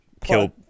kill